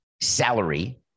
salary